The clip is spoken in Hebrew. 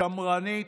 שמרנית,